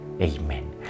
Amen